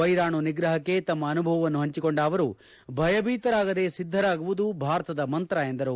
ವೈರಾಣು ನಿಗ್ರಹಕ್ಕೆ ತಮ್ಮ ಅನುಭವವನ್ನು ಪಂಚಿಕೊಂಡ ಅವರು ಭಯಭೀತರಾಗದೆ ಸಿದ್ಧರಾಗುವುದು ಭಾರತದ ಮಂತ್ರ ಎಂದರು